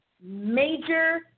major